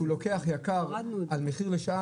הוא לוקח יקר על מחיר לשעה,